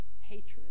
hatred